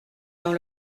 dans